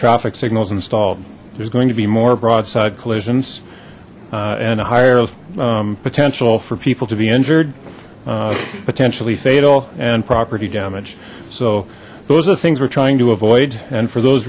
traffic signal is installed there's going to be more broadside collisions and a higher potential for people to be injured potentially fatal and property damage so those are the things we're trying to avoid and for those